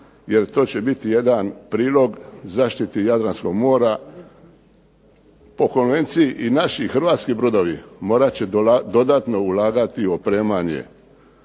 jer to će biti jedan prilog zaštiti Jadranskog mora po konvenciji i naši, hrvatski brodovi, morat će dodatno ulagati u opremanje,